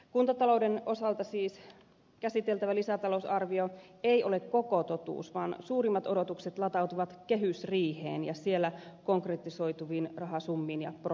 kuntatalouden osalta siis käsiteltävä lisätalousarvio ei ole koko totuus vaan suurimmat odotukset latautuvat kehysriiheen ja siellä konkretisoituviin rahasummiin ja prosentteihin